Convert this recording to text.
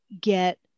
get